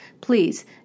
please